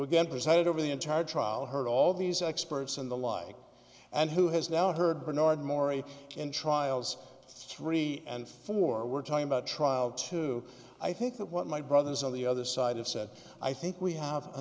again presided over the entire trial heard all these experts and the like and who has now heard bernard mori in trials three and four were talking about trial two i think that what my brother's on the other side of said i think we have a